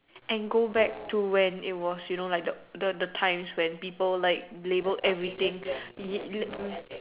and go back to when it was you know like the the times when people like label every thing you